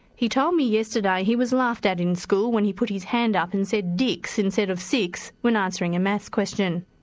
he told me yesterday he was laughed at in school when he put his hand up and said dix instead of six when answering a maths question.